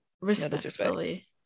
Respectfully